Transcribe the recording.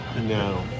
No